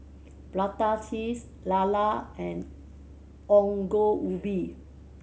prata cheese lala and Ongol Ubi